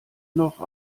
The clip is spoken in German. noch